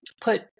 put